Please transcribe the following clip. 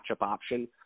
option